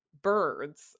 birds